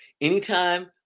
anytime